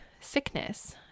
sickness